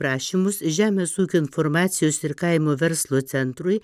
prašymus žemės ūkio informacijos ir kaimo verslo centrui